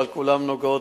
אבל כולן נוגעות,